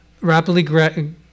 rapidly